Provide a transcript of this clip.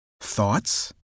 Thoughts